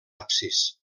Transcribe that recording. absis